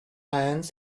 ions